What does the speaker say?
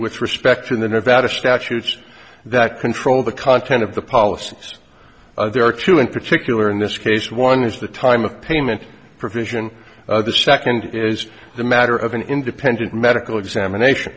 with respect to the nevada statutes that control the content of the policies there are two in particular in this case one is the time of payment provision the second is the matter of an independent medical examination